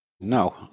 No